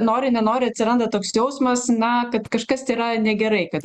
nori nenori atsiranda toks jausmas na kad kažkas yra negerai kad